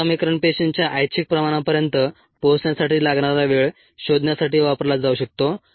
हे समीकरण पेशींच्या ऐच्छिक प्रमाणापर्यंत पोहोचण्यासाठी लागणारा वेळ शोधण्यासाठी वापरला जाऊ शकतो